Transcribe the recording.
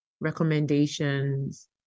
recommendations